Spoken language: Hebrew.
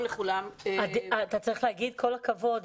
אתה צריך להגיד לה כל הכבוד.